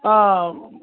آ